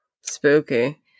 spooky